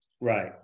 Right